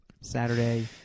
Saturday